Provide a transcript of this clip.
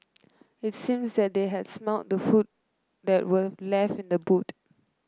it seemed that they had smelt the food that were left in the boot